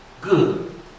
Good